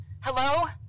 Hello